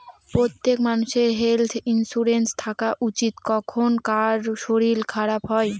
প্রত্যেক মানষের health insurance থাকা উচিত, কখন কার শরীর খারাপ হয়